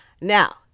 Now